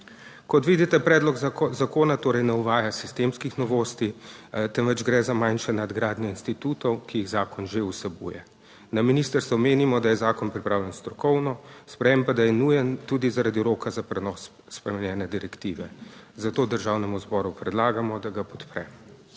Kot vidite, predlog zakona torej ne uvaja sistemskih novosti temveč gre za manjšo nadgradnjo institutov, ki jih zakon že vsebuje. Na ministrstvu menimo, da je zakon pripravljen strokovno, sprejetje pa je nujno tudi zaradi roka za prenos spremenjene direktive, zato Državnemu zboru predlagamo, da ga podpre.